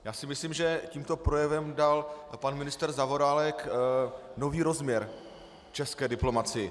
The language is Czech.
Já si myslím, že tímto projevem dal pan ministr Zaorálek nový rozměr české diplomacii.